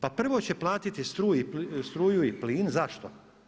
Pa prvo će platiti struju i plin, zašto?